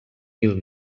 mil